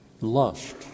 lust